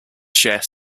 share